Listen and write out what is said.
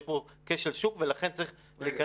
יש פה כשל שוק, ולכן צריך להיכנס.